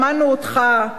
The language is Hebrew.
שמענו אותך,